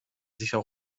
sicher